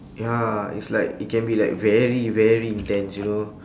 ya it's like it can be like very very intense you know